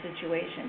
situation